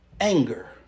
anger